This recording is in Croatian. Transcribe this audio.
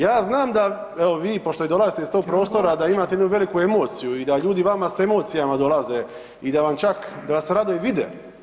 Ja znam da, evo vi pošto i dolazite iz tog prostora da imate jednu veliku emociju i da ljudi vama s emocijama dolaze i da vam čak, da vas rado i vide.